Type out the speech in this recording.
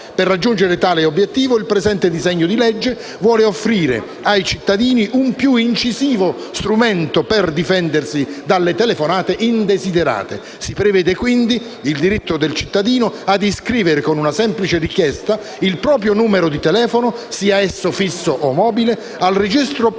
Per raggiungere tale obiettivo il presente disegno di legge vuole offrire ai cittadini un più incisivo strumento per difendersi dalle telefonate indesiderate. Si prevede quindi il diritto del cittadino a iscrivere, con una semplice richiesta, il proprio numero di telefono (sia esso fisso o mobile) al registro pubblico